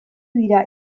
dira